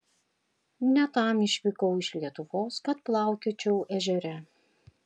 ne tam išvykau iš lietuvos kad plaukiočiau ežere